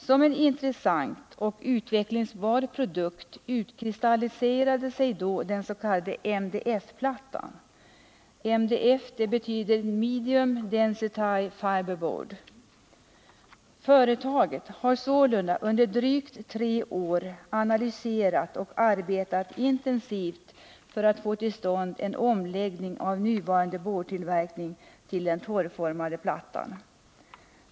Som en intressant och utvecklingsbar produkt utkristalliserade sig då den s.k. MDF-plattan — MDF betyder Medium Density Fiberboard. Företaget har sålunda under drygt tre år analyserat och arbetat intensivt för att få till stånd en omläggning av nuvarande boardtillverkning till den torrformade plattan.